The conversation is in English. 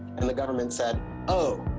and the governement said oh,